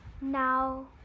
Now